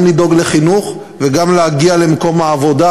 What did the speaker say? גם לדאוג לחינוך וגם להגיע למקום העבודה,